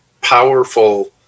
powerful